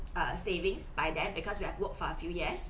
err savings by then because we have worked for a few years